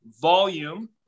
volume